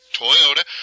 Toyota